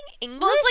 english